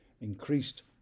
Increased